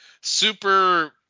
Super